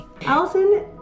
Allison